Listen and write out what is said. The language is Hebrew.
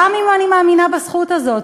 גם אם אני מאמינה בזכות הזאת.